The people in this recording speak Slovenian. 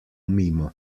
mimo